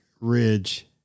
ridge